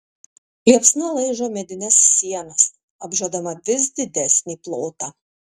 liepsna laižo medines sienas apžiodama vis didesnį plotą